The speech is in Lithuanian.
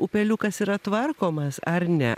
upeliukas yra tvarkomas ar ne